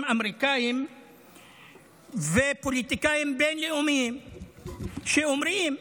אמריקאים ופוליטיקאים בין-לאומיים שאומרים,